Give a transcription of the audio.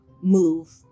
move